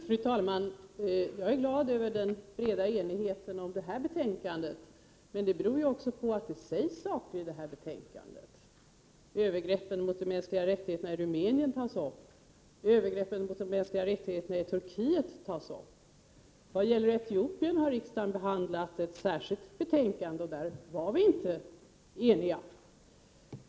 Fru talman! Jag är glad över den breda enigheten om det här betänkandet, men den beror också på att det sägs saker i det. Övergreppen mot de mänskliga rättigheterna i Rumänien tas upp, övergreppen mot de mänskliga rättigheterna i Turkiet tas upp. I vad gäller Etiopien har riksdagen behandlat ett särskilt betänkande, och där var vi inte eniga.